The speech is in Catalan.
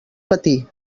patir